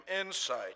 insight